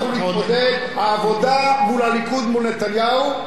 אנחנו נתמודד העבודה מול הליכוד, מול נתניהו,